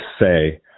say